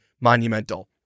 monumental